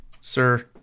Sir